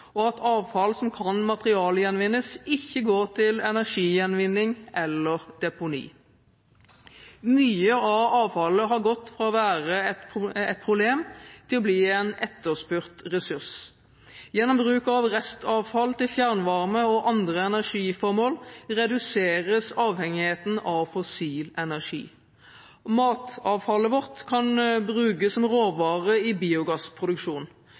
og at avfall som kan materialgjenvinnes, ikke går til energigjenvinning eller deponi. Mye av avfallet har gått fra å være et problem til å bli en etterspurt ressurs. Gjennom bruk av restavfall til fjernvarme og andre energiformål reduseres avhengigheten av fossil energi. Matavfallet vårt kan brukes som råvare i biogassproduksjon.